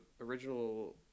original